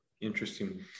Interesting